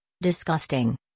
Disgusting